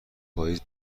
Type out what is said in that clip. پاییزه